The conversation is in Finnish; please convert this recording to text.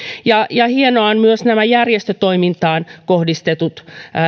hienoa ovat myös nämä järjestötoimintaan kohdistetut